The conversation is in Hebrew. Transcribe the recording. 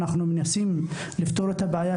מתחילת השנה אנחנו מנסים לפתור את בעיית